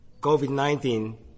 COVID-19